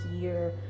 year